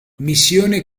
missione